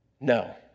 No